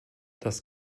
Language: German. das